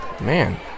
Man